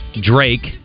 Drake